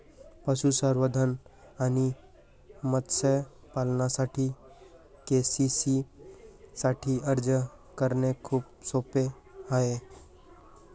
पशुसंवर्धन आणि मत्स्य पालनासाठी के.सी.सी साठी अर्ज करणे खूप सोपे आहे